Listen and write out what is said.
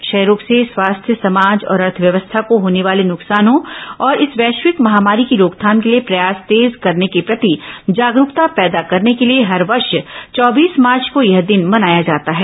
क्षय रोग से स्वास्थ्य समाज और अर्थव्यवस्था को होने वाले नुकसानों और इस वैश्विक महामारी की रोकथाम के लिए प्रयास तेज करने के प्रति जागरूकता पैदा करने के लिए हर वर्ष चौबीस मार्च को यह दिन मनाया जाता है